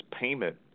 payment